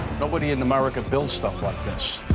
nobody in america builds stuff like this.